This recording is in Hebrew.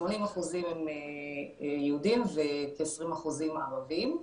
80% הם יהודים וכ-20% ערבים.